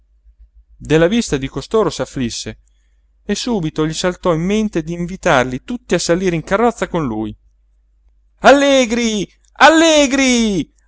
della vista di costoro s'afflisse e subito gli saltò in mente di invitarli tutti a salire in carrozza con lui allegri allegri